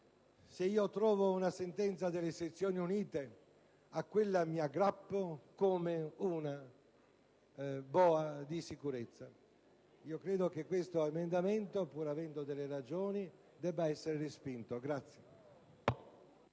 se io trovo una sentenza delle sezioni unite, a quella mi aggrappo come ad una boa di sicurezza». Credo che l'emendamento 46.900/4, pur avendo delle ragioni, debba essere respinto.